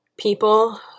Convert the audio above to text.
people